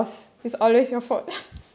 it's yours it's always your fault